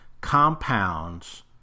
compounds